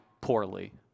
poorly